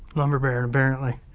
lumber baron apparently.